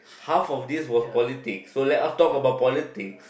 half of this was politics so let us talk about politics